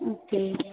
okay